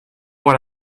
what